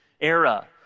era